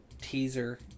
teaser